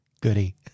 Goody